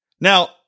Now